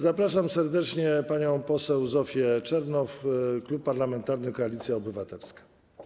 Zapraszam serdecznie panią poseł Zofię Czernow, Klub Parlamentarny Koalicja Obywatelska.